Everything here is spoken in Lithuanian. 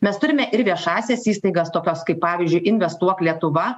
mes turime ir viešąsias įstaigas tokias kaip pavyzdžiui investuok lietuva